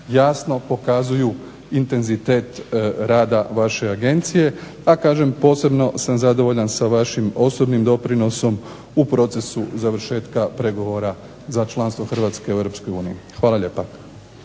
jasno pokazuju intenzitet rada vaše Agencije. A kažem, posebno sam zadovoljan sa vašim osobnim doprinosom u procesu završetka pregovora za članstvo Hrvatske u Europskoj